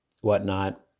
whatnot